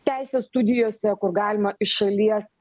teisės studijose kur galima iš šalies